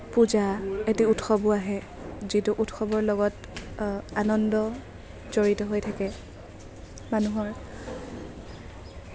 পূজা এটি উৎসৱো আহে যিটো উৎসৱৰ লগত আনন্দ জড়িত হৈ থাকে মানুহৰ